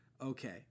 Okay